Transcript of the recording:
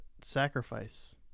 sacrifice